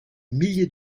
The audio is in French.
milliers